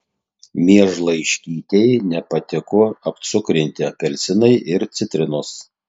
miežlaiškytei nepatiko apcukrinti apelsinai ir citrinos